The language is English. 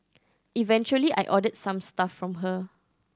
eventually I ordered some stuff from her